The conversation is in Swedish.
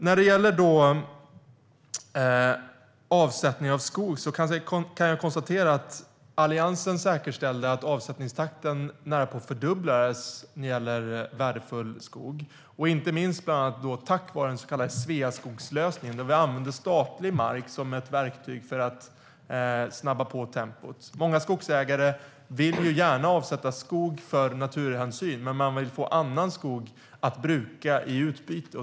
När det gäller avsättning av skog kan jag konstatera att Alliansen säkerställde att avsättningstakten för värdefull skog närapå fördubblades, inte minst tack vare den så kallade Sveaskogslösningen, där vi använde statlig mark som ett verktyg för att snabba upp tempot. Många skogsägare vill gärna avsätta skog för naturhänsyn, men man vill få annan skog att bruka i utbyte.